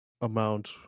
amount